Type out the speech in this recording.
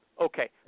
Okay